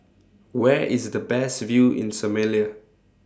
Where IS The Best View in Somalia